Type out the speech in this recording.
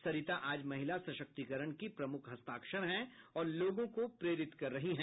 सरिता आज महिला सशक्तिकरण की प्रमुख हस्ताक्षर हैं और लोगों को प्रेरित कर रही हैं